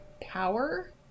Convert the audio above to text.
power